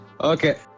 Okay